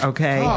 Okay